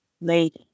lady